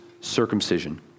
circumcision